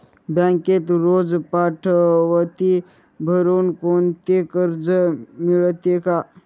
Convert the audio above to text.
बँकेत रोज पावती भरुन कोणते कर्ज मिळते का?